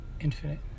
Infinite